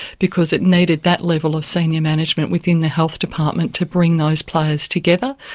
because it needed that level of senior management within the health department to bring those players together.